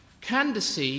Candace